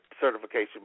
certification